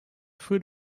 food